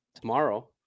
tomorrow